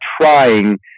trying